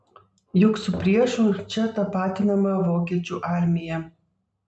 juk su priešu čia tapatinama vokiečių armija